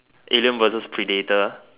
alien versus predator